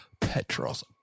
Petros